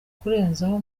kurenzaho